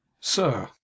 Sir